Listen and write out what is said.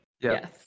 Yes